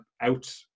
out